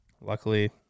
luckily